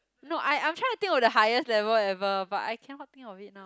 no I I'm trying to think of the highest level ever but I cannot think of it now